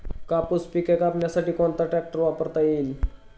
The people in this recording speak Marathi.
कापूस पिके कापण्यासाठी कोणता ट्रॅक्टर वापरता येईल?